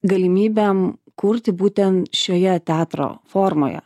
galimybėm kurti būtent šioje teatro formoje